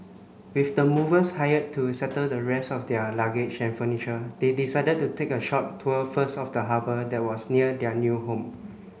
with the movers hired to settle the rest of their luggage and furniture they decided to take a short tour first of the harbour that was near their new home